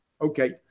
Okay